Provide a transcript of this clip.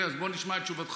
אז בוא נשמע את תשובתך,